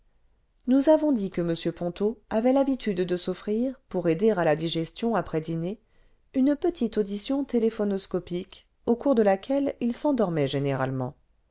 nous avons dit que m ponto avait l'habitude de s'offrir pour aider à la digestion après dîner une petite audition téléphonoscopique au cours de laquelle il s'endormait généralement